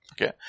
Okay